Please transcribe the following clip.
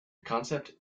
concept